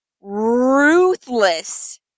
ruthless